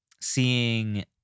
seeing